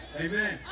Amen